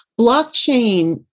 blockchain